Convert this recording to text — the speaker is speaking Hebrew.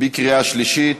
בקריאה שלישית.